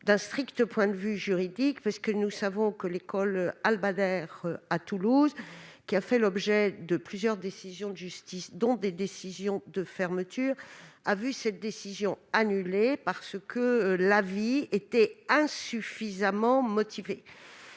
d'un strict point de vue juridique. Nous savons que l'école Al-Badr de Toulouse, qui a fait l'objet de plusieurs décisions de justice, dont une de fermeture, a vu cette dernière annulée parce que la décision était insuffisamment motivée.